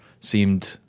seemed